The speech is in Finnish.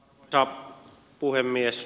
arvoisa puhemies